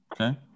okay